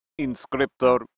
inscriptor